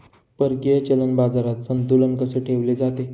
परकीय चलन बाजारात संतुलन कसे ठेवले जाते?